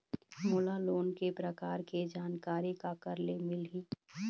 मोला लोन के प्रकार के जानकारी काकर ले मिल ही?